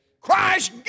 Christ